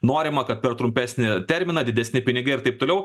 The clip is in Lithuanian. norima kad per trumpesnį terminą didesni pinigai ir taip toliau